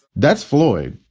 that's floyd.